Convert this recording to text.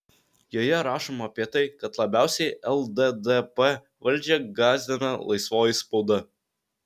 joje rašoma apie tai kad labiausiai lddp valdžią gąsdina laisvoji spauda